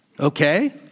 Okay